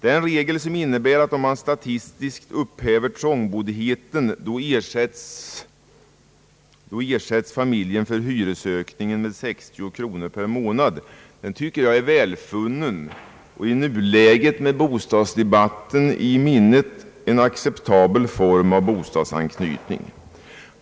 Den regel som innebär att om man statistiskt upphäver trångboddheten, så ersätts familjen för hyresökningen med 60 kronor per månad, tycker jag är välfunnen. Den är i nuläget — med bostadsdebatten i minnet — en acceptabel form av bostadsanknytning.